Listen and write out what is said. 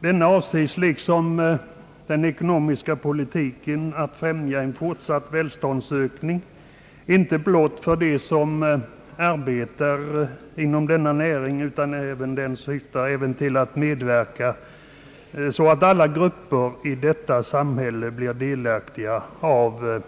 Denna avser, liksom den ekonomiska politiken, att främja en fortsatt välståndsökning inte blott för dem som arbetar inom jordbruksnäringen, utan den syftar även till att medverka till att alla grupper i samhället blir delaktiga av